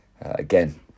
Again